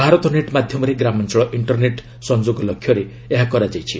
Bharat net ମାଧ୍ୟମରେ ଗ୍ରାମାଞ୍ଚଳ internet ସଂଯୋଗ ଲକ୍ଷ୍ୟରେ ଏହା କରାଯାଇଛି